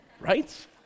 right